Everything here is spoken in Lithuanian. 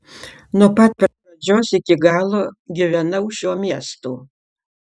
nuo pat pradžios iki galo gyvenau šiuo miestu